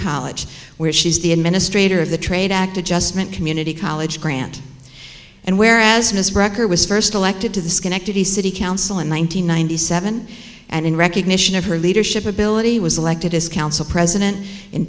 college where she is the administrator of the trade act adjustment community college grant and whereas miss record was first elected to the schenectady city council in one nine hundred ninety seven and in recognition of her leadership ability was elected as council president in